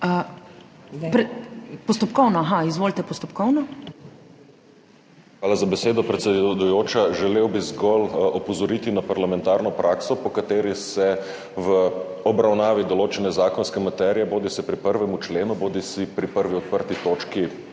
postopkovno. **MIHA KORDIŠ (PS Levica):** Hvala za besedo, predsedujoča. Želel bi zgolj opozoriti na parlamentarno prakso, po kateri se v obravnavi določene zakonske materije, bodisi pri prvem členu bodisi pri prvi odprti točki,